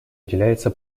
уделяется